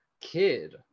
kid